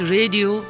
Radio